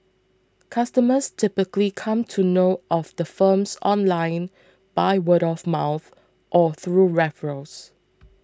customers typically come to know of the firms online by word of mouth or through referrals